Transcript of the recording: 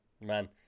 Man